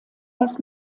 was